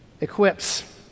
equips